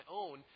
own